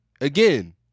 again